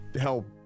help